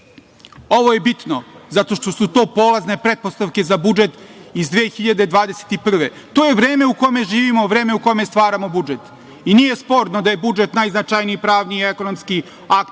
Ovo je bitno zato što su to polazne pretpostavke za budžet iz 2021. godine. To je vreme u kome živimo, vreme u kome stvaramo budžet i nije sporno da je budžet najznačajniji pravni, ekonomski akt